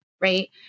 Right